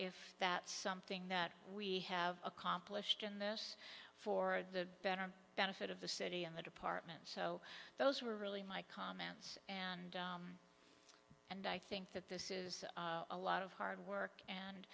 if that something that we have accomplished in this for the better benefit of the city and the department so those were really my comments and and i think that this is a lot of hard work and